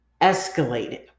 escalated